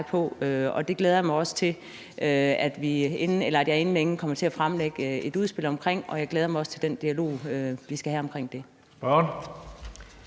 Det glæder jeg mig til at jeg inden længe kommer til at fremlægge et udspil omkring, og jeg glæder mig også til den dialog, vi skal have omkring det.